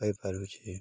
ପାଇ ପାରୁଛି